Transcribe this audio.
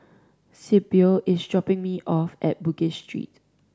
Sibyl is dropping me off at Bugis Street